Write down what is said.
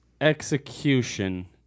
execution